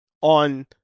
on